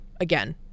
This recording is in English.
again